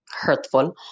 hurtful